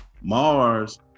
Mars